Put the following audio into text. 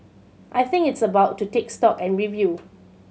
I think it's about to take stock and review